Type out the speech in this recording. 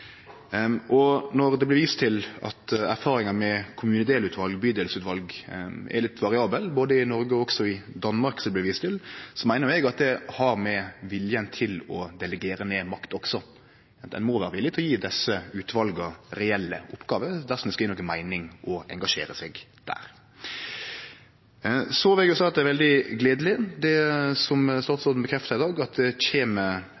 Og når det blir vist til at erfaringar med kommunedelsutval, bydelsutval, er litt variable både i Noreg og i Danmark, som det vart vist til, så meiner eg at det også har med viljen til å delegere ned makt å gjere, at ein må vere villig til å gje desse utvala reelle oppgåver dersom det skal gje noka meining å engasjere seg der. Så vil eg seie at det er veldig gledeleg det som statsråden bekreftar i dag, at det kjem